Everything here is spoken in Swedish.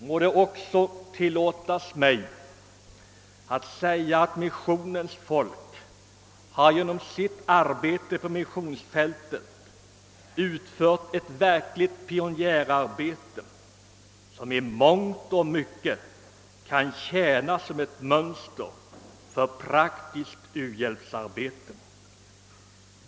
Må det också tillåtas mig att säga att missionens folk genom sitt arbete på missionsfältet har utfört ett verkligt pionjärarbete som i mångt och mycket kan tjäna som ett mönster för praktiskt u-hjälpsarbete.